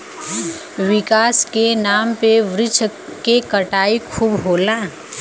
विकास के नाम पे वृक्ष के कटाई खूब होला